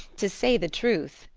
to say the truth,